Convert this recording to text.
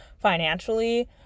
Financially